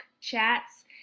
chats